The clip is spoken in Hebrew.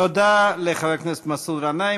תודה לחבר הכנסת מסעוד גנאים.